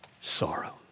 sorrow